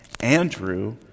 Andrew